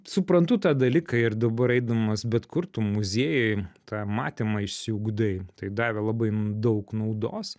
suprantu tą dalyką ir dabar eidamas bet kur tu muziejui tą matymą išsiugdai tai davė labai daug naudos